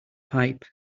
pipe